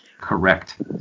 Correct